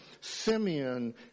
Simeon